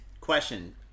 question